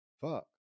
fuck